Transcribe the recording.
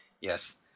Yes